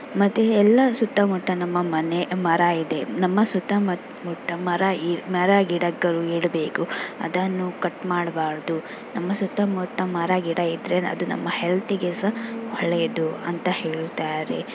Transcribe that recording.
ಮತ್ತು ಎಲ್ಲ ಸುತ್ತಮುತ್ತ ನಮ್ಮ ಮನೆ ಮರ ಇದೆ ನಮ್ಮ ಸುತ್ತಮುತ್ತ ಮರ ಮರ ಗಿಡಗಳು ಇಡಬೇಕು ಅದನ್ನು ಕಟ್ ಮಾಡಬಾರದು ನಮ್ಮ ಸುತ್ತಮುತ್ತ ಮರ ಗಿಡ ಇದ್ದರೆ ಅದು ನಮ್ಮ ಹೆಲ್ತಿಗೆ ಸಹ ಒಳ್ಳೆಯದು ಅಂತ ಹೇಳ್ತಾರೆ